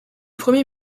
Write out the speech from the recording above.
premier